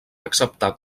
acceptar